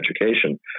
Education